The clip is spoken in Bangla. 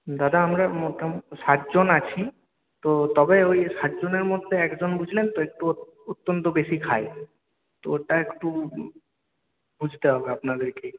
দাদা আমরা মোটা সাতজন আছি তো তবে ওই সাতজনের মধ্যে একজন বুঝলেন তো একটু অত্যন্ত বেশি খায় তো ওরটা একটু বুঝতে হবে আপনাদেরকে